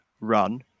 run